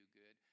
good